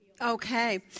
Okay